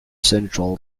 central